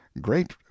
great